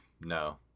No